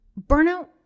burnout